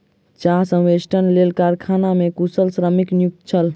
चाह संवेष्टनक लेल कारखाना मे कुशल श्रमिक नियुक्त छल